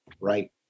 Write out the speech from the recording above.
Right